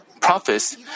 prophets